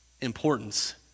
importance